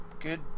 good